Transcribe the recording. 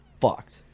fucked